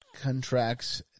contracts